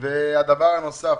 רבותיי.